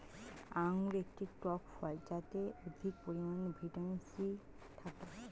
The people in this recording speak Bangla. আঙুর একটি টক ফল যাতে অধিক পরিমাণে ভিটামিন সি থাকে